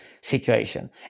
situation